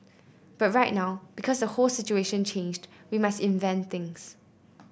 but right now because the whole situation changed we must invent things